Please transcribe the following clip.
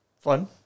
fun